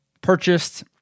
purchased